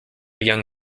young